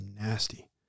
nasty